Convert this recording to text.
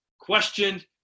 questioned